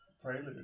Prelude